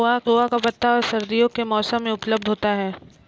सोआ का पत्ता सर्दियों के मौसम में उपलब्ध होता है